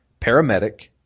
Paramedic